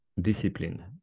discipline